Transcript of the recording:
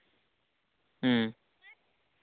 ᱦᱮᱸ